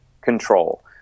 control